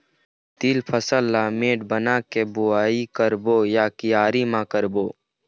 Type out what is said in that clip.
तील फसल ला मेड़ बना के बुआई करबो या क्यारी म करबो?